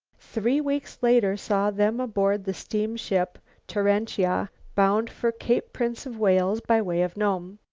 three weeks later saw them aboard the steamship torentia bound for cape prince of wales by way of nome.